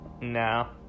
no